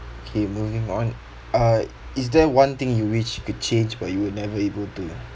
K moving on uh is there one thing you wish you could change but you were never able to